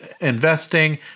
investing